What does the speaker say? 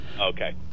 Okay